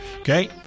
Okay